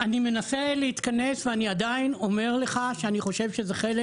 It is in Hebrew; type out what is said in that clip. אני מנסה להתכנס ואני עדיין אומר לך שאני חושב שזה חלק